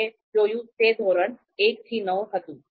આપણે જોયું તે ધોરણ 1 થી 9 હતું